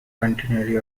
continually